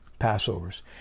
Passovers